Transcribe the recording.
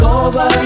over